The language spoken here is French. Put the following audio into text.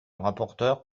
rapporteur